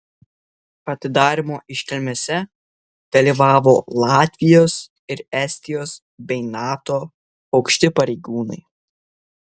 atidarymo iškilmėse dalyvavo latvijos ir estijos bei nato aukšti pareigūnai